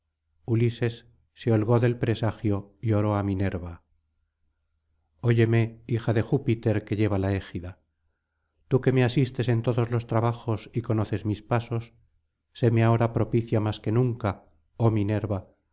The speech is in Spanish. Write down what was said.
ulises se holgó del presagio y oró á minerva óyeme hija de júpiter que lleva la égida tú que me asistes en todos los trabajos y conoces mis pasos séme ahora propicia más que nunca oh minerva